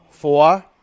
Four